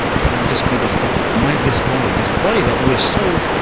can i just be this body? am i this body, this body that we're so